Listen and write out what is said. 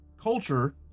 culture